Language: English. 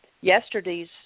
yesterday's